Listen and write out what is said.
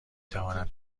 توانم